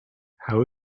how